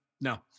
No